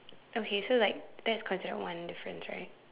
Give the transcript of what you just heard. okay so like that's considered one difference right